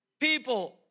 people